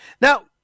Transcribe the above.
Now